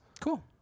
Cool